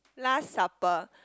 last supper